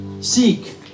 seek